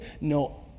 no